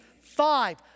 five